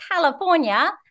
California